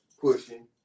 pushing